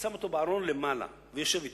שם אותו בארון למעלה, ויושב אתו.